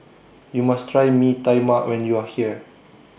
YOU must Try Mee Tai Mak when YOU Are here